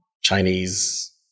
Chinese